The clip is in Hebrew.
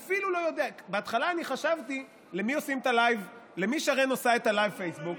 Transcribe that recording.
בהתחלה חשבתי למי שרן עושה את הלייב פייסבוק,